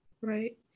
Right